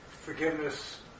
forgiveness